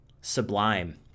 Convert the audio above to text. sublime